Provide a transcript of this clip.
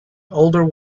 older